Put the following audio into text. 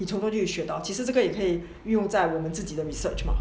从里可以学的其实这个也可以用在我们自己的 research 吗